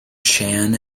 chan